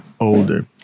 older